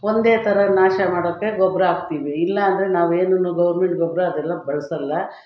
ಒಂದೇ ಥರ ನಾಶ ಮಾಡೋಕೆ ಗೊಬ್ಬರ ಹಾಕ್ತೀವಿ ಇಲ್ಲಂದರೆ ನಾವು ಏನನ್ನೂ ಗೌರ್ಮೆಂಟ್ ಗೊಬ್ಬರ ಅದೆಲ್ಲ ಬಳಸಲ್ಲ